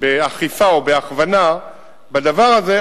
באכיפה או בהכוונה בדבר הזה,